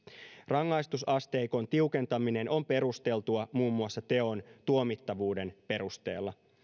rangaistusasteikon tiukentaminen on perusteltua muun muassa teon tuomittavuuden perusteella